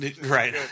Right